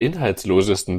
inhaltslosesten